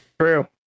True